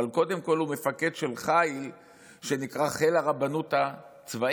אבל קודם כול הוא מפקד של חיל שנקרא "חיל הרבנות הצבאית".